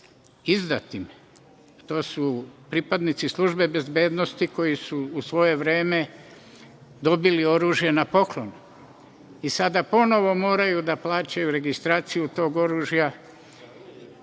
izdatim. To su pripadnici službe bezbednosti koji su u svoje vreme dobili oružje na poklon i sada ponovo moraju da plaćaju registraciju tog oružja